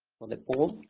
for the poll.